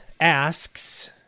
asks